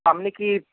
আপনি কি